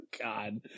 God